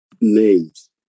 names